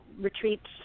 retreats